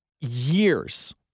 years